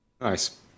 Nice